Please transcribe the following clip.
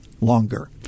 longer